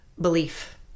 belief